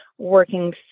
working